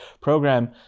program